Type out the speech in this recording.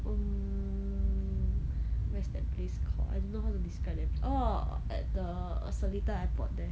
um where's that place called I don't know how to describe that pla~ orh at the err seletar airport